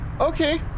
okay